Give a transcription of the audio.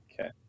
Okay